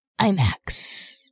IMAX